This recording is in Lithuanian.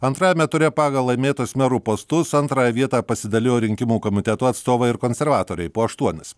antrajame ture pagal laimėtus merų postus antrąją vietą pasidalijo rinkimų komitetų atstovai konservatoriai po aštuonis